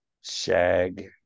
shag